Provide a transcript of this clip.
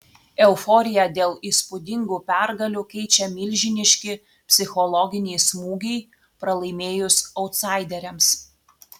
euforiją dėl įspūdingų pergalių keičia milžiniški psichologiniai smūgiai pralaimėjus autsaideriams